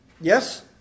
Yes